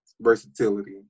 versatility